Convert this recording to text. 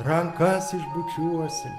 rankas išbučiuosim